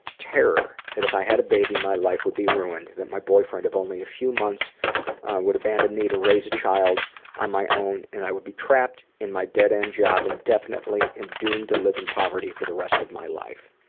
terror that if i had a baby, my life would be ruined, that my boyfriend of only a few months would abandon me to raise a child on my own and i would be trapped in my dead end job indefinitely and doomed to live in poverty for the rest of my life.